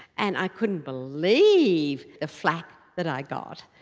and i couldn't believe the flack that i got,